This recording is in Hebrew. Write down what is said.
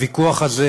הוויכוח הזה